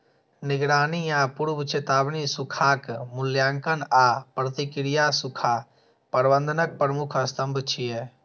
निगरानी आ पूर्व चेतावनी, सूखाक मूल्यांकन आ प्रतिक्रिया सूखा प्रबंधनक प्रमुख स्तंभ छियै